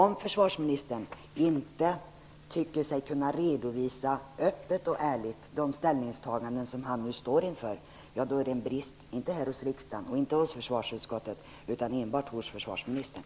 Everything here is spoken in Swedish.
Om försvarsministern inte tycker sig öppet och ärligt kunna redovisa de ställningstaganden som han nu står inför, är detta en brist inte hos riksdagen och inte hos försvarsutskottet utan enbart hos försvarsministern.